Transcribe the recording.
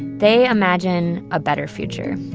they imagine a better future.